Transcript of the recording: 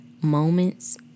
moments